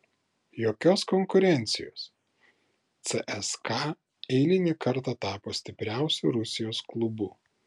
jokios konkurencijos cska eilinį kartą tapo stipriausiu rusijos klubu